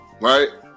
right